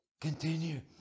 Continue